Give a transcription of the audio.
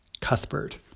Cuthbert